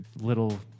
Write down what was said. little